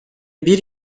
bir